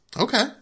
Okay